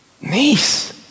Nice